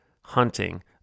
hunting